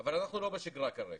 אבל אנחנו לא בשגרה כרגע,